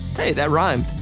hey, that rhymed.